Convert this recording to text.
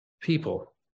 people